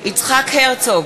יצחק הרצוג,